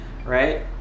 Right